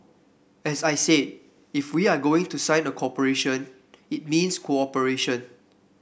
as I said if we are going to sign a cooperation it means cooperation